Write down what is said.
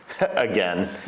again